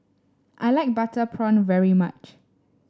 I like Butter Prawn very much